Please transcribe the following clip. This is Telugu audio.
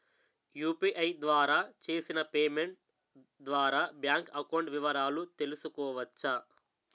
యు.పి.ఐ ద్వారా చేసిన పేమెంట్ ద్వారా బ్యాంక్ అకౌంట్ వివరాలు తెలుసుకోవచ్చ?